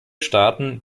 staaten